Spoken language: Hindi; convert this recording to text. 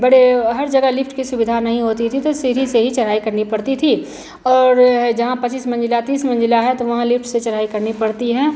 बड़े वह हर जगह लिफ़्ट की सुविधा नहीं होती थी तो सीढ़ी से ही चढ़ाई करनी पड़ती थी और है जहाँ पच्चीस मंज़िला तीस मंज़िला है तो वहाँ लिफ़्ट से चढ़ाई करनी पड़ती है